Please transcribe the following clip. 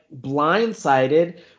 blindsided